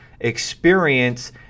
experience